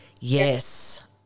Yes